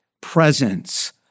presence